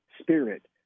spirit